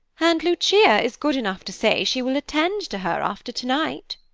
and lucia is good enough to say she will attend to her after tonight.